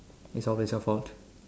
is always your fault